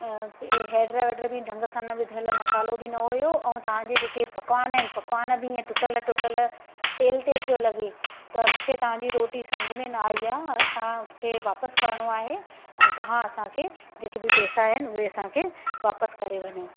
हैड वैड बि ढंग सां न विधल मसाल्हो बि न हुयो ऐं तव्हां जे जेके पकवान आहिनि पकवान बि ईअं टुटल टुटल तेल तेल पियो लॻे त मूंखे तव्हां जी रोटी समुझ में ना आई आहे असांखे वापसि चइणो आहे ऐं तव्हां असांखे जेके बि पेसा आहिनि उहे असांखे वापसि करे वञो